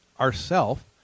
ourself